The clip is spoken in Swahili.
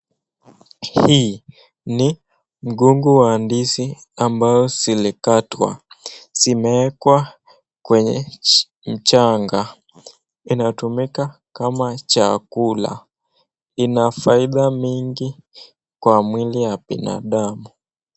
Hii ni mgongo wa ndizi ambao zilikatwa zimewekwa kwenye mchanga inatumika kama chakula inafaidha nyingi kwa mwili ya binadamu.